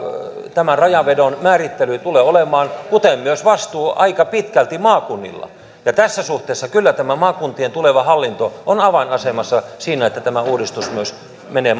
tämän rajanvedon määrittely tulee olemaan kuten myös vastuu aika pitkälti maakunnilta ja tässä suhteessa kyllä tämä maakuntien tuleva hallinto on avainasemassa siinä että tämä uudistus myös menee